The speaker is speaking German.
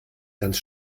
ganz